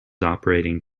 operating